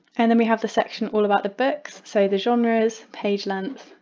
and then we have the section all about the books so the genres, page length,